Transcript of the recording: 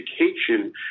education